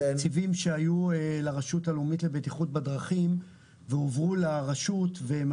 תקציבים שהיו לרשות הלאומית לבטיחות בדרכים והועברו לרשות והם